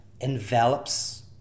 envelops